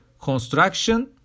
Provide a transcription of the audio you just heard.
construction